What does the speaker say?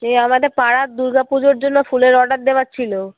যে আমাদের পাড়ার দুর্গাপুজোর জন্য ফুলের অর্ডার দেওয়ার ছিল